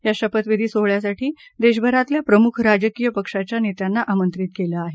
या शपथविधी सोहळ्यासाठी देशभरातल्या प्रमुख राजकीय पक्षांच्या नेत्यांना आमंत्रित केलं आहे